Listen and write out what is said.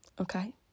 Okay